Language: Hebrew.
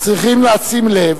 צריכים לשים לב,